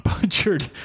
butchered